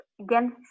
again